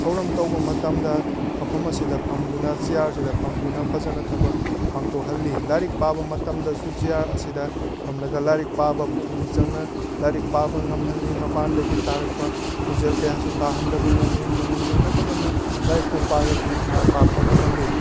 ꯊꯧꯔꯝ ꯇꯧꯕ ꯃꯇꯝꯗ ꯃꯐꯝ ꯑꯁꯤꯗ ꯐꯝꯗꯨꯅ ꯆꯤꯌꯥꯔꯁꯤꯗ ꯐꯝꯗꯨꯅ ꯐꯖꯅ ꯊꯕꯛ ꯄꯥꯡꯊꯣꯛꯍꯜꯂꯤ ꯂꯥꯏꯔꯤꯛ ꯄꯥꯕ ꯃꯇꯝꯗꯁꯨ ꯆꯤꯌꯥꯔ ꯑꯁꯤꯗ ꯐꯝꯂꯒ ꯂꯥꯏꯔꯤꯛ ꯄꯥꯕ ꯄꯨꯛꯅꯤꯡ ꯆꯪꯅ ꯂꯥꯏꯔꯤꯛ ꯄꯥꯕ ꯉꯝꯍꯜꯂꯤ ꯃꯄꯥꯟꯗꯒꯤ ꯇꯥꯔꯛꯄ ꯈꯣꯟꯖꯦꯜ ꯀꯌꯥꯁꯨ ꯇꯥꯍꯟꯗꯕ ꯉꯝꯃꯤ ꯄꯨꯛꯅꯤꯡ ꯆꯪꯅ ꯐꯖꯅ ꯂꯥꯏꯔꯤꯛꯄꯨ ꯄꯥꯔꯗꯤ ꯃꯥꯏ ꯄꯥꯛꯄ ꯉꯝꯍꯜꯂꯤ